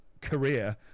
career